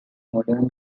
modern